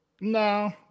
No